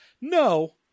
No